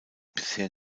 bisher